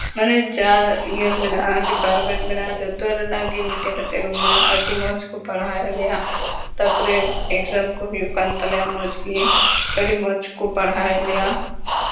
ᱢᱟᱱᱮ ᱡᱟ ᱤᱭᱟᱹ ᱢᱮᱱᱟᱜᱼᱟ ᱰᱤᱯᱟᱨᱢᱮᱱᱴ ᱢᱮᱱᱟᱜᱼᱟ ᱡᱚᱛᱚ ᱨᱮᱱᱟᱜ ᱜᱮ ᱢᱤᱫᱴᱮᱡ ᱠᱟᱛᱮ ᱨᱩᱢ ᱢᱮᱱᱟᱜᱼᱟ ᱟᱹᱰᱤ ᱢᱚᱡᱽ ᱠᱚ ᱯᱟᱲᱦᱟᱣᱮᱜ ᱞᱮᱭᱟ ᱛᱟᱨᱯᱚᱨᱮ ᱮᱠᱡᱟᱢ ᱠᱚ ᱦᱩᱭᱩᱜ ᱠᱟᱱ ᱛᱟᱞᱮᱭᱟ ᱢᱚᱡᱽ ᱜᱮ ᱟᱹᱰᱤ ᱢᱚᱡᱽ ᱠᱚ ᱯᱟᱲᱦᱟᱣᱮᱜ ᱞᱮᱭᱟ